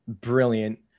brilliant